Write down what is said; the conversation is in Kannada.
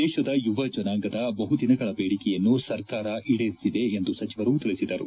ದೇಶದ ಯುವಜನಾಂಗದ ಬಹುದಿನಗಳ ಬೇಡಿಕೆಯನ್ನು ಸರ್ಕಾರ ಈಡೇರಿಸಿದೆ ಎಂದು ಸಚಿವರು ತಿಳಿಸಿದರು